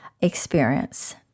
experience